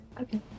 Okay